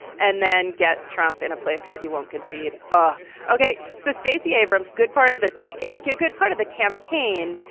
and then get trump in a place where he won't concede. ah ok. so, stacey abrams, good part of the ticket, a good part of the campaign,